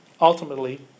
Ultimately